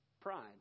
pride